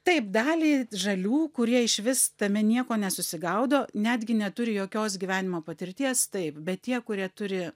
taip dalį žalių kurie išvis tame nieko nesusigaudo netgi neturi jokios gyvenimo patirties taip bet tie kurie turi